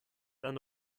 and